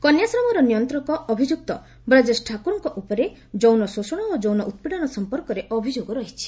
କନ୍ୟାଶ୍ରମର ନିୟନ୍ତକ ଅଭିଯୁକ୍ତ ବ୍ରଜେଶ ଠାକୁରଙ୍କ ଉପରେ ମଧ୍ୟ ଯୌନଶୋଷଣ ଯୌନ ଉତ୍ପୀଡନ ସମ୍ପର୍କରେ ଅଭିଯୋଗ ରହିଛି